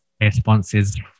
responses